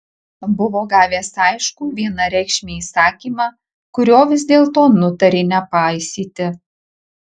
buvo gavęs aiškų vienareikšmį įsakymą kurio vis dėlto nutarė nepaisyti